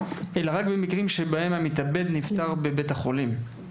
אלא רק במקרים שבהם המתאבד נפטר בבית החולים,